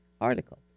article